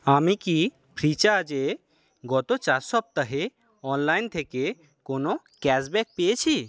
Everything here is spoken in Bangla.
আমি কি ফ্রিচার্জে গত চার সপ্তাহে অনলাইন থেকে কোনো ক্যাশ ব্যাক পেয়েছি